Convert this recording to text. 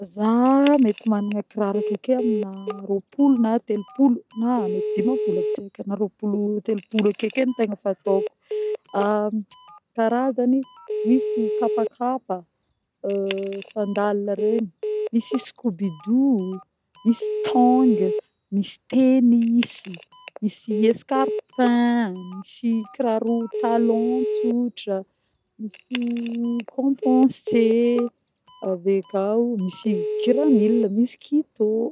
Zah mety managna kiraro akeke amina rôpolo na telopolo na dimampolo aby tsy eko na rôpolo, telopolo akeke ny tegna fatôko. Karazany: misy kapakapa, sandale regny, misy scoubidou, misy tongue, misy tennis, misy escarpin, misy kiraro talon tsotra, misy componsé avekao misy kiranile, misy kitô.